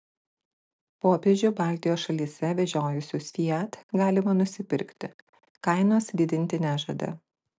popiežių baltijos šalyse vežiojusius fiat galima nusipirkti kainos didinti nežada